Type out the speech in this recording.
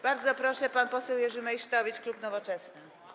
Bardzo proszę, pan poseł Jerzy Meysztowicz, klub Nowoczesna.